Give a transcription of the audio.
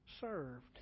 served